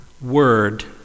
word